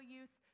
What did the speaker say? use